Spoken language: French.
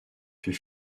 fut